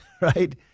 right